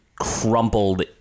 crumpled